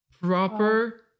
Proper